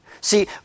See